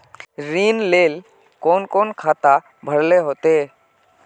ऋण लेल कोन कोन खाता भरेले होते?